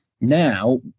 now